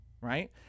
right